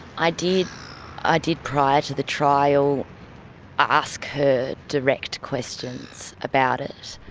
i did ah did prior to the trial ask her direct questions about it.